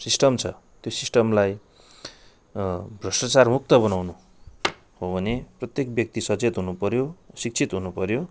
system छ त्यो सिस्टमलाई भ्रष्टाचारमुक्त बनाउनु हो भने प्रत्येक व्यक्ति सचेत हुनुपऱ्यो शिक्षित हुनुपऱ्यो